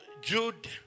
Jude